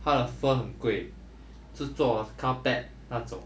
它的 fur 很贵制作 carpet 那种